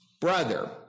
Brother